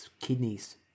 kidneys